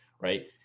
right